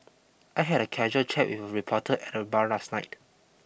I had a casual chat with a reporter at a bar last night